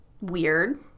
weird